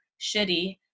shitty